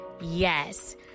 Yes